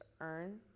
earn